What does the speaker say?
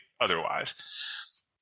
otherwise